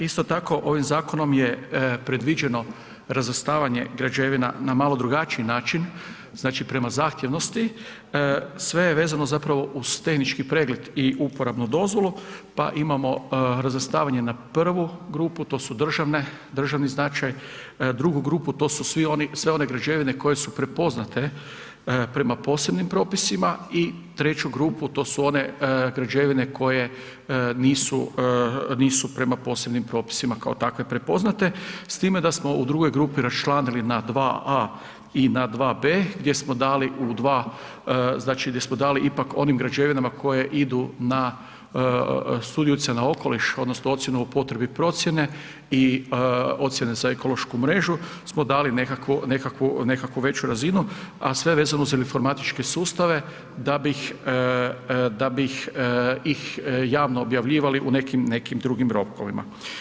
Isto tako, ovim zakonom je predviđeno razvrstavanje građevina na malo drugačiji način, znači, prema zahtjevnosti, sve je vezano zapravo uz tehnički pregled i uporabnu dozvolu, pa imamo razvrstavanje na prvu grupu, to su državni značaj, drugu grupu, to su sve one građevine koje su prepoznate prema posebnim propisima i treću grupu, to su one građevine koje nisu prema posebnim propisima kao takve prepoznate s time da smo u drugoj grupi rasčlanili na 2a i na 2b, gdje smo dali u dva, znači, gdje smo dali ipak onim građevinama koje idu na… [[Govornik se ne razumije]] na okoliš odnosno ocjenu o potrebi procijene i ocijene za ekološku mrežu smo dali nekakvu veću razinu, a sve vezano uz informatičke sustave da bih ih javno objavljivali u nekim drugim rokovima.